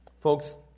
Folks